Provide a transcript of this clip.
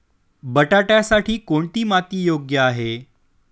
बटाट्यासाठी कोणती माती योग्य आहे?